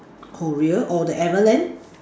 Korea or the everland